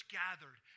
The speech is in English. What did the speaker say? gathered